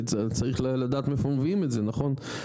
צריך לדעת מאיפה מביאים את זה נכון?